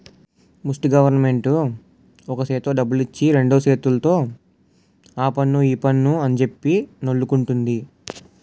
ముస్టి గవరమెంటు ఒక సేత్తో డబ్బులిచ్చి రెండు సేతుల్తో ఆపన్ను ఈపన్ను అంజెప్పి నొల్లుకుంటంది